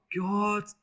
God